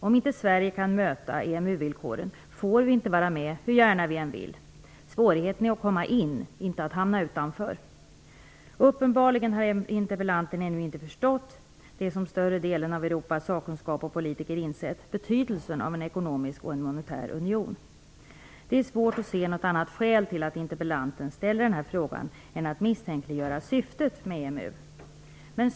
Om inte Sverige kan möta EMU-villkoren får vi inte vara med hur gärna vi än vill. Svårigheten är att komma in, inte att hamna utanför. Uppenbarligen har interpellanten ännu inte förstått det som större delen av Europas sakkunskap och politiker insett, nämligen betydelsen av en ekonomisk och monetär union. Det är svårt att se något annat skäl till att interpellanten ställer denna fråga, än att misstänkliggöra syftet med EMU.